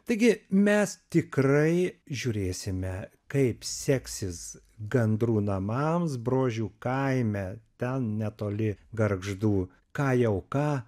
taigi mes tikrai žiūrėsime kaip seksis gandrų namams brožių kaime ten netoli gargždų ką jau ką